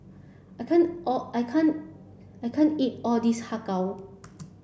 I can't all I can't I can't eat all this Har Kow